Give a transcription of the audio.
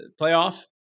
playoff